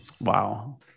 wow